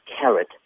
carrot